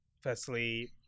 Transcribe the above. firstly